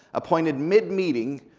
appointed mid-meeting,